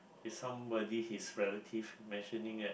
it's somebody his relative mentioning that